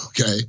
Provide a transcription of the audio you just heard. Okay